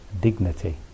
dignity